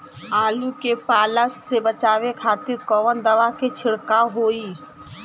आलू के पाला से बचावे के खातिर कवन दवा के छिड़काव होई?